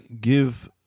give